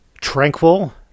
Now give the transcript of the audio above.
tranquil